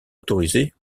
autorisé